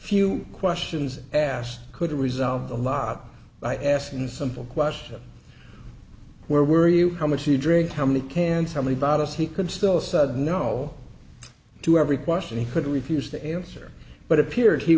few questions asked could resolve a lot by asking simple question where were you how much do you drink how many can somebody bought us he could still said no to every question he could refuse to answer but appeared he